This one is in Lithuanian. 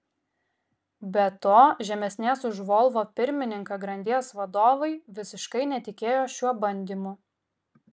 be to žemesnės už volvo pirmininką grandies vadovai visiškai netikėjo šiuo bandymu